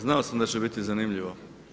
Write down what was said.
Znao sam da će biti zanimljivo.